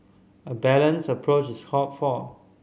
a balanced approach is called for